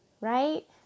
right